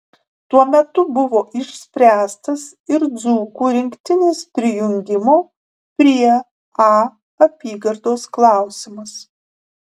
tuo metu buvo išspręstas ir dzūkų rinktinės prijungimo prie a apygardos klausimas